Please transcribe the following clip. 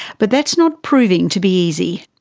but that is not proving to be easy.